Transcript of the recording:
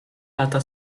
lata